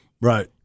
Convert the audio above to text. Right